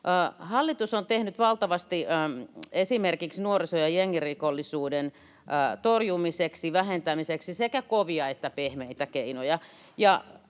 Hallitus on tehnyt valtavasti esimerkiksi nuoriso- ja jengirikollisuuden torjumiseksi ja vähentämiseksi, sekä kovia että pehmeitä keinoja.